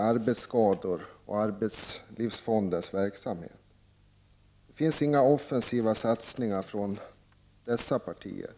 arbetsskador och arbetslivsfondens verksamhet. Det finns inga offensiva satsningar från dessa partier.